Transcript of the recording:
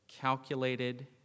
calculated